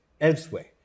elsewhere